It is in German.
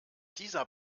dieser